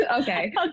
Okay